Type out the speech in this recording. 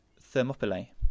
Thermopylae